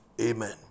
Amen